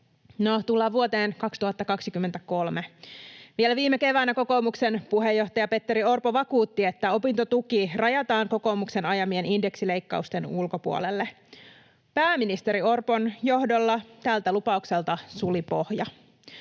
tullaan vuoteen 2023. Vielä viime keväänä kokoomuksen puheenjohtaja Petteri Orpo vakuutti, että opintotuki rajataan kokoomuksen ajamien indeksileikkausten ulkopuolelle. Pääministeri Orpon johdolla tältä lupaukselta suli pohja.